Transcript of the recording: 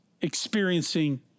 experiencing